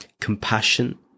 compassion